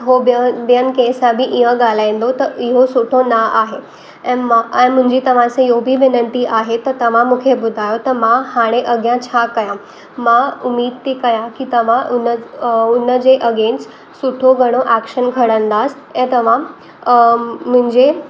उहो ॿियनि ॿियनि कंहिंसां बि ईअं ॻाल्हाईंदो त इहो सुठो न आहे ऐं मां ऐं मुंहिंजी तव्हां से इहो बि विनती आहे त तव्हां मूंखे ॿुधायो त मां हाणे अॻियां छा कयां मां उमेद थी कयां कि तव्हां उन उन जे अगेंस्ट सुठो घणो ऐक्शन खणंदासीं ऐं तव्हां मुंहिंजे